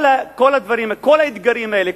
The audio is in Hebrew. כל האתגרים האלה,